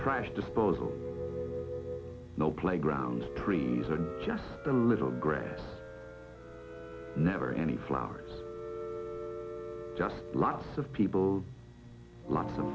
trash disposal no playgrounds preserve just a little grass never any flowers just lots of people lots of